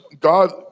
God